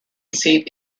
seat